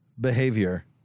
behavior